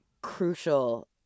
crucial